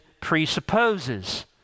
presupposes